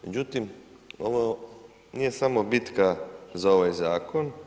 Međutim, ovo nije samo bitka za ovaj zakon.